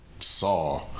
saw